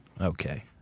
Okay